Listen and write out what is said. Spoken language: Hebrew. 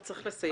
אתה צריך לסיים.